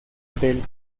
del